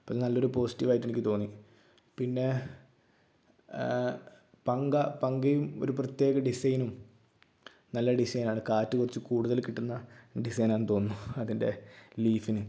അപ്പോൾ ഇതൊര് നല്ലൊരു പോസിറ്റീവായിട്ടെനിക്ക് തോന്നി പിന്നെ പങ്ക പങ്കയും ഒരു പ്രത്യേക ഡിസൈനും നല്ല ഡിസൈനാണ് കാറ്റ് കുറച്ച് കൂടുതല് കിട്ടുന്ന ഡിസൈനാണെന്ന് തോന്നുന്നു അതിൻ്റെ ലീഫിന്